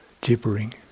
gibbering